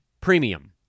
premium